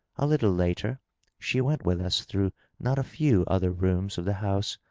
a little later she went with us through not a few other rooms of the house,